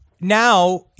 Now